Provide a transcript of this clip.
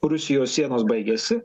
rusijos sienos baigiasi